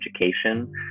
education